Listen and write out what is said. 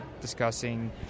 discussing